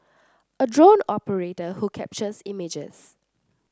a drone operator who captures images